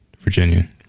Virginia